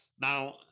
Now